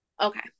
Okay